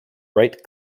bright